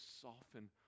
soften